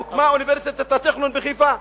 הטכניון בחיפה.